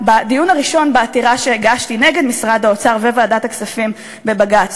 בדיון הראשון בעתירה שהגשתי נגד משרד האוצר וועדת הכספים לבג"ץ.